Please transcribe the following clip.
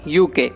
UK